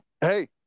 Hey